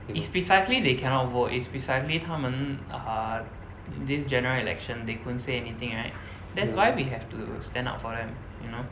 is precisely they cannot vote is precisely 他们 err this general election they couldn't say anything right that's why we have to stand up for them you know